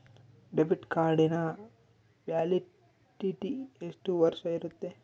Debit ಕಾರ್ಡಿನ validity ಎಷ್ಟು ವರ್ಷ ಇರುತ್ತೆ?